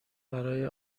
برا